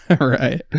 Right